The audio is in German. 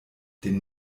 den